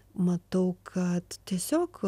matau kad tiesiog